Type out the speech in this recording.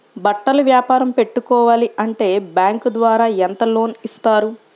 బట్టలు వ్యాపారం పెట్టుకోవాలి అంటే బ్యాంకు ద్వారా ఎంత లోన్ ఇస్తారు?